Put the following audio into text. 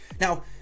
Now